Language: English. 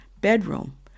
bedroom